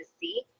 see